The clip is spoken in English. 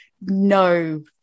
no